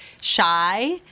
shy